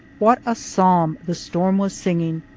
what a psalm the storm was singing,